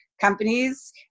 companies